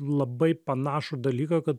labai panašų dalyką